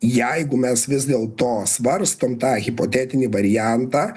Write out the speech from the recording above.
jeigu mes vis dėlto svarstom tą hipotetinį variantą